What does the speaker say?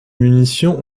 munitions